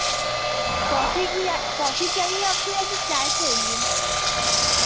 coffee की coffee चाहिए आपको या फिर आपको चाय चाहिए